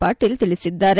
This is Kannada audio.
ಪಾಟೀಲ್ ತಿಳಿಸಿದ್ದಾರೆ